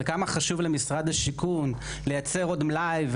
כמה חשוב למשרד השיכון לייצר עוד מלאי,